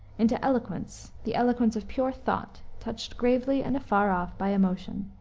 into eloquence the eloquence of pure thought, touched gravely and afar off by emotion.